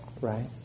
right